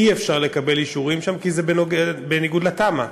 אי-אפשר לקבל אישורים שם כי זה בניגוד לתמ"א,